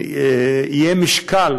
יהיה משקל